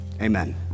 Amen